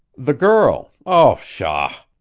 the girl! oh, pshaw!